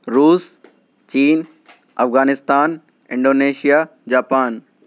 روس چین Afghanistan Indonesia Japan